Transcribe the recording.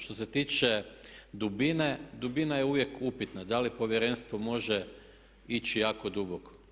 Što se tiče dubine, dubina je uvijek upitna da li je Povjerenstvo može ići jako duboko.